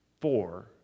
four